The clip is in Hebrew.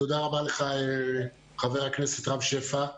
תודה רבה לך חבר הכנסת רם שפע,